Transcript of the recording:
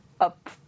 up